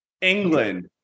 England